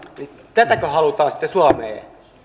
tätäkö halutaan sitten suomeen